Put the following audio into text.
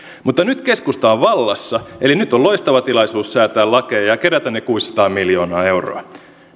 mutta nyt keskusta on vallassa eli nyt on loistava tilaisuus säätää lakeja ja ja kerätä ne kuusisataa miljoonaa euroa